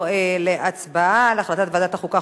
נעבור להצבעה על החלטת ועדת החוקה,